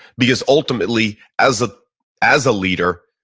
because ultimately as ah as a leader,